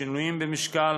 שינויים במשקל,